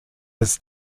his